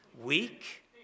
weak